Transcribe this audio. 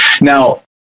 Now